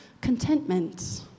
contentment